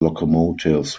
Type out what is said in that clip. locomotives